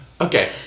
Okay